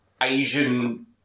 Asian